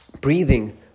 breathing